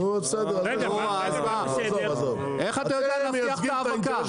נו, איך אתה יודע להבטיח את ההאבקה?